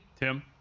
Tim